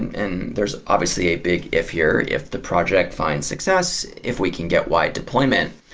and there's obviously a big if here, if the project find success, if we can get wide deployment.